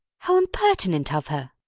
how impertinent of her!